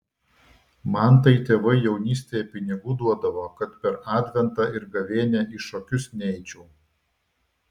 man tai tėvai jaunystėje pinigų duodavo kad per adventą ir gavėnią į šokius neičiau